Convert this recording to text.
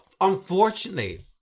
unfortunately